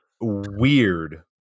weird